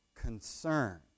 concern